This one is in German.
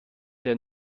der